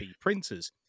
printers